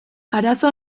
arazo